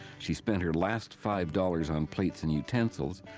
she spent her last five dollars on plates and utensils,